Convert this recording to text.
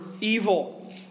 evil